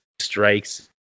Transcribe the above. strikes